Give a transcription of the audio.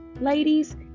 ladies